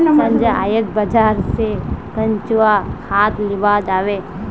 संजय आइज बाजार स केंचुआ खाद लीबा जाबे